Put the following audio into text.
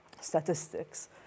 statistics